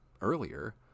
earlier